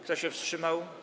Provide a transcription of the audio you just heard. Kto się wstrzymał?